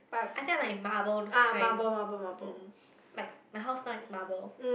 I think I like marbled kind mm like my house now is marble